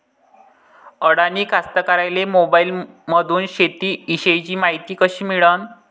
अडानी कास्तकाराइले मोबाईलमंदून शेती इषयीची मायती कशी मिळन?